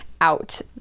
out